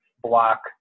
block